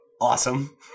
Awesome